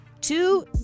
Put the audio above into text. Two